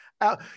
out